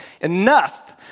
Enough